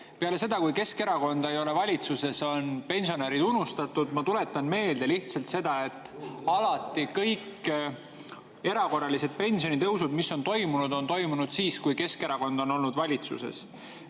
Peale seda, kui Keskerakond ei ole valitsuses, on pensionärid unustatud. Ma tuletan lihtsalt meelde, et kõik erakorralised pensionitõusud, mis on toimunud, on toimunud siis, kui Keskerakond on olnud valitsuses.